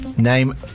Name